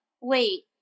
wait